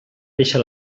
deixa